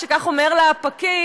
כך אומר לה הפקיד,